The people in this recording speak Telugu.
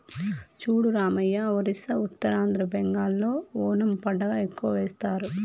చూడు రామయ్య ఒరిస్సా ఉత్తరాంధ్ర బెంగాల్లో ఓనము పంట ఎక్కువ వేస్తారు